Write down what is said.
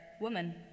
Woman